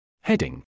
Heading